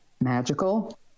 magical